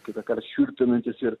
kitąkart šiurpinantis ir